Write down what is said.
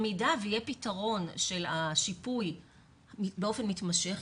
במידה ויהיה פתרון של השיפוי באופן מתמשך,